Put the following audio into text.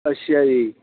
ਅੱਛਾ ਜੀ